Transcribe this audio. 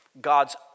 God's